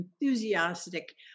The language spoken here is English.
enthusiastic